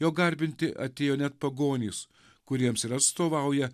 jo garbinti atėjo net pagonys kuriems ir atstovauja